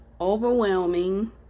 overwhelming